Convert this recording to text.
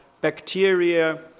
bacteria